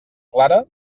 clara